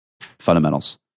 fundamentals